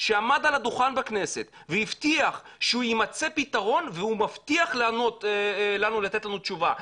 שעמד על הדוכן בכנסת והבטיח שיימצא פתרון והוא מבטיח לתת לנו תשובה,